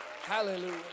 Hallelujah